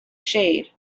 shade